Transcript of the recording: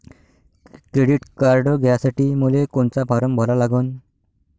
Credit card घ्यासाठी मले कोनचा फारम भरा लागन?